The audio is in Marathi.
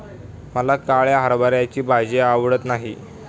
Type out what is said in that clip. मला काळ्या हरभऱ्याची भाजी आवडत नाही